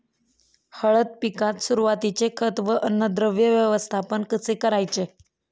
हळद पिकात सुरुवातीचे खत व अन्नद्रव्य व्यवस्थापन कसे करायचे?